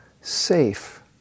safe